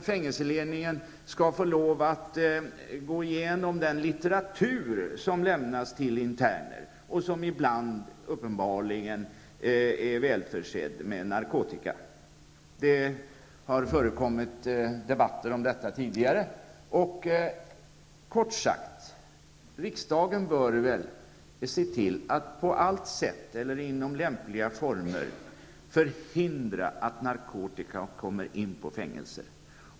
Fängelseledningen får t.ex. inte gå igenom litteratur som överlämnas till interner och som ibland -- uppenbarligen är det så -- är välförsedd med narkotika. Det har förekommit debatter om detta tidigare. Kort sagt: Riksdagen bör se till att det på alla sätt, eller i lämpliga former, förhindras att narkotika förs in på fängelser.